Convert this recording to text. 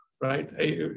right